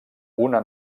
una